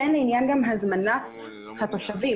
לעניין הזמנת התושבים.